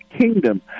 kingdom